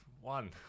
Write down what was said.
one